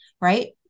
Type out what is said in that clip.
right